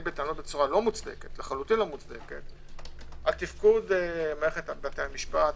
בצורה לא מוצדקת לחלוטין על תפקוד מערכת בתי המשפט,